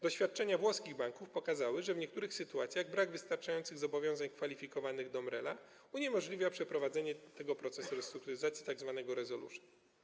Doświadczenia włoskich banków pokazały, że w niektórych sytuacjach brak wystarczających zobowiązań kwalifikowanych do MREL uniemożliwia przeprowadzenie tego procesu restrukturyzacji, tzw. resolution.